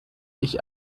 ich